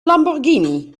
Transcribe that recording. lamborghini